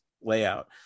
layout